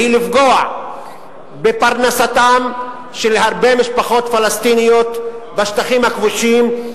והיא לפגוע בפרנסתן של הרבה משפחות פלסטיניות בשטחים הכבושים,